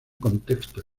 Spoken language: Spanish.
contexto